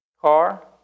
car